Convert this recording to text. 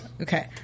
Okay